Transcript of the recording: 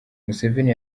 museveni